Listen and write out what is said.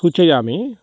सूचयामि